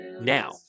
Now